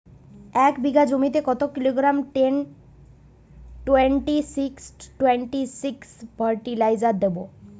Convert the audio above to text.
এক বিঘা জমিতে কত kilogram ten twenty six twenty six fertiliser দেবো?